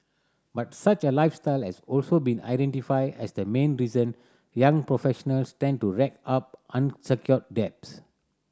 but such a lifestyle has also been identified as the main reason young professionals tend to rack up unsecured debts